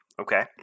okay